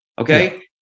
Okay